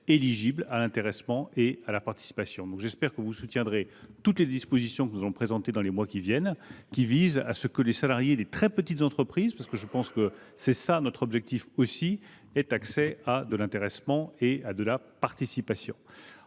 éligibles à l’intéressement et à la participation. J’espère que vous soutiendrez toutes les dispositions que nous allons présenter dans les mois qui viennent visant à ce que les salariés des très petites entreprises parce que c’est aussi notre objectif aient accès à l’intéressement et à la participation.